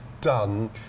done